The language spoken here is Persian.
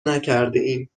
نکردهایم